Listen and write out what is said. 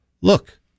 Look